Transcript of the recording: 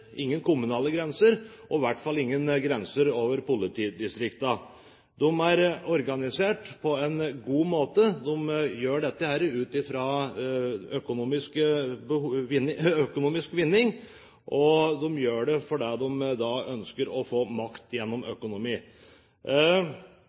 ingen kommunale grenser og i hvert fall ingen grenser over politidistriktene. De kriminelle er organisert på en god måte. De gjør dette for økonomisk vinning, og de gjør det fordi de ønsker å få makt gjennom